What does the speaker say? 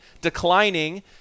declining